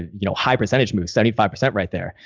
you know, high percentage move seventy five percent right there.